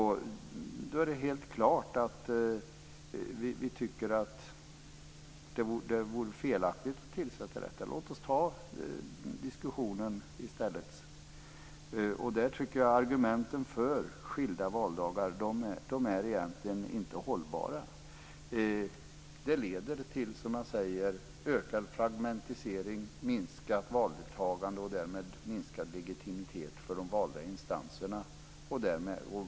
Då tycker vi att det vore felaktigt att tillsätta en utredning. Låt oss ta diskussionen i stället. Jag tycker att argumenten för skilda valdagar egentligen inte är hållbara. Det leder till ökad fragmentisering, minskat valdeltagande och därmed minskad legitimitet för de valda instanserna.